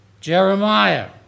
Jeremiah